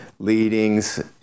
leadings